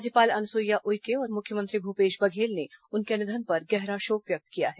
राज्यपाल अनुसुईया उइके और मुख्यमंत्री भूपेश बघेल ने उनके निधन पर गहरा शोक व्यक्त किया है